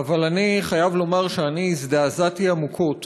אבל אני חייב לומר שאני הזדעזעתי עמוקות